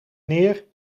neer